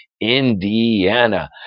Indiana